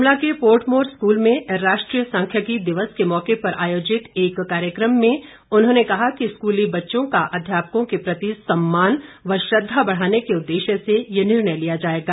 शिमला के Portmore school में राष्ट्रीय सांख्यिकी दिवस के मौके पर आयोजित एक कार्यक्रम में उन्होंने कहा कि स्कूली बच्चों का अध्यापकों के प्रति सम्मान व श्रद्धा बढ़ाने के उद्देश्य से ये निर्णय लिया जाएगा